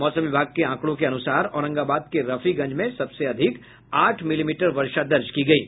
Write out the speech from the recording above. मौसम विभाग के आंकड़ों के अनुसार औरंगाबाद के रफीगंज में सबसे अधिक आठ मिलीमीटर वर्षा दर्ज की गयी